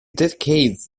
decades